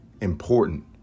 important